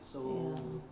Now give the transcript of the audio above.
ya